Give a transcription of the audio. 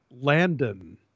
Landon